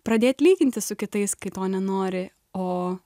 pradėt lyginti su kitais kai to nenori o